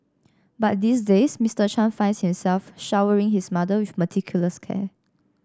but these days Mister Chan finds himself showering his mother with meticulous care